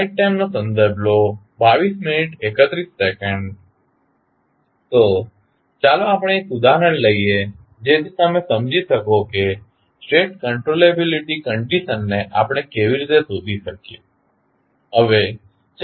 હવે ચાલો આપણે એક ઉદાહરણ લઈએ જેથી તમે સમજી શકો કે સ્ટેટ કંટ્રોલેબીલીટી કંડીશનને આપણે કેવી રીતે શોધી શકીએ